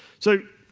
so,